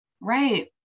Right